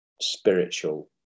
spiritual